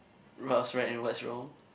what's right and what's wrong